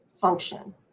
function